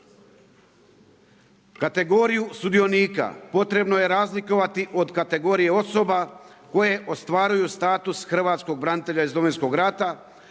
Kategoriju sudionika potrebno je razlikovati od kategorija osoba koje ostvaruju status hrvatskog branitelja iz Domovinskog rata,